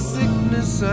sickness